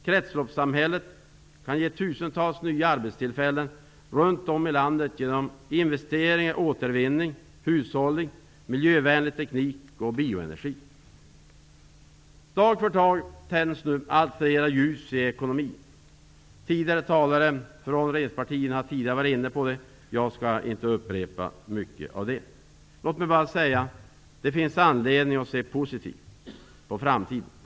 Kretsloppssamhället kan ge tusentals nya arbetstillfällen runt om i landet genom investeringar i återvinning, hushållning, miljövänlig teknik och bioenergi. Dag för dag tänds nu allt fler ljus i ekonomin. Tidigare talare från regeringspartierna har varit inne på det. Jag skall inte upprepa det. Låt mig bara säga att det finns anledning att se positivt på framtiden.